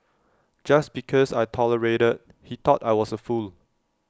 just because I tolerated he thought I was A fool